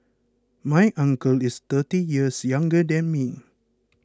my uncle is thirty years younger than me